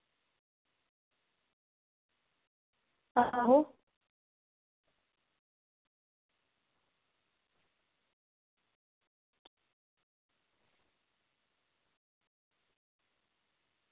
आहो